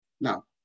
Now